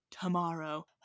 Tomorrow